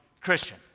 Christian